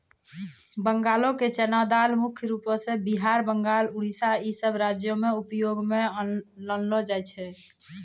बंगालो के चना दाल मुख्य रूपो से बिहार, बंगाल, उड़ीसा इ सभ राज्यो मे उपयोग मे लानलो जाय छै